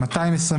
ההסתייגות הוסרה.